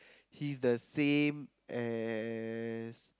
he's the same as